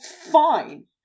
fine